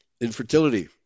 Infertility